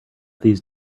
these